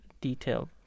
detail